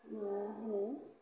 मा होनो